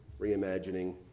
reimagining